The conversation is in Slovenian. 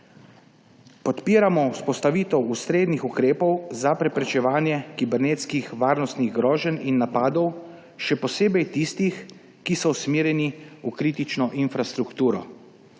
Podpiramo vzpostavitev ustreznih ukrepov za preprečevanje kibernetskih varnostnih groženj in napadov, še posebej tistih, ki so usmerjeni v kritično infrastrukturo.